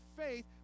faith